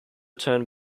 turned